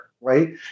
right